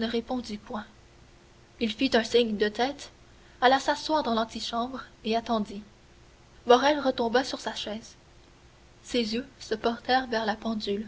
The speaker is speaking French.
ne répondit point il fit un signe de tête alla s'asseoir dans l'antichambre et attendit morrel retomba sur sa chaise ses yeux se portèrent vers la pendule